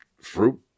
fruit